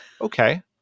Okay